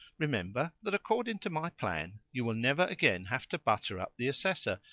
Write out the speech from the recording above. remember that, according to my plan, you will never again have to butter up the assessor,